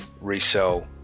resell